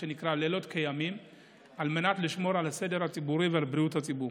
לילות כימים על מנת לשמור על הסדר הציבורי ועל בריאות הציבור